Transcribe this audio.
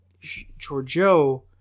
Giorgio